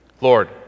Lord